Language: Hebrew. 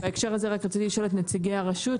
בהקשר הזה רק רציתי לשאול את נציגי הרשות,